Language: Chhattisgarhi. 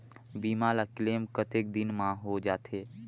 बीमा ला क्लेम कतेक दिन मां हों जाथे?